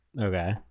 Okay